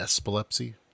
epilepsy